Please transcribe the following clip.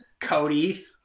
Cody